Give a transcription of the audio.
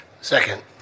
Second